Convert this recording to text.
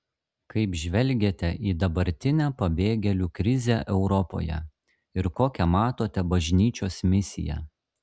kaip žvelgiate į dabartinę pabėgėlių krizę europoje ir kokią matote bažnyčios misiją